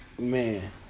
Man